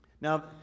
Now